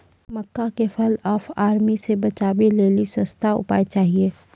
मक्का के fall of army से बचाबै लेली सस्ता उपाय चाहिए?